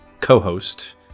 co-host